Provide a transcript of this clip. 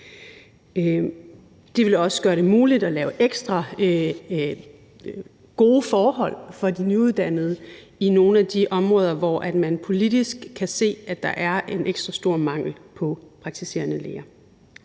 Det vil også gøre det muligt at lave ekstra gode forhold for de nyuddannede læger i nogle af de områder, hvor man politisk kan se, at der er en ekstra stor mangel på praktiserende læger.